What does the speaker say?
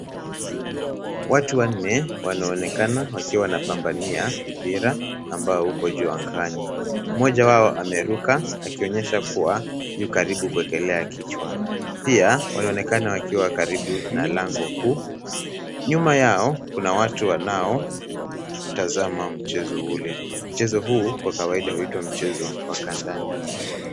Watu wanne, wanaonekana wakiwa wanapambania mpira ambao uko juu angani. Mmoja wao ameruka, akionyesha kuwa yu karibu kuekelea kichwa. Pia, wanaonekana wakiwa karibu na lango kuu. Nyuma yao, kuna watu wanao utazama mchezo ule. Mchezo huu, kwa kawaida huitwa mchezo wa kandanda.